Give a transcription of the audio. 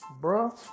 bro